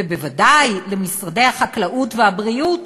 ובוודאי למשרד החקלאות ולמשרד הבריאות,